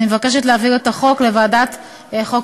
אני מבקשת להעביר את הצעת החוק לוועדת החוקה,